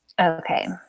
Okay